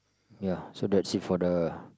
ya so that's it for the